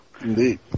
Indeed